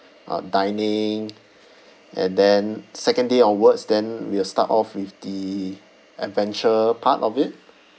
uh dining and then second day onwards then we will start off with the adventure part of it